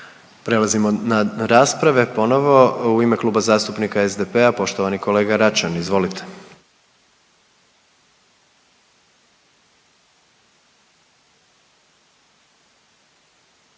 Prelazimo na rasprave ponovno. U ime Kluba zastupnika SDP-a, poštovani kolega Račan izvolite.